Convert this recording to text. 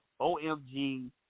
OMG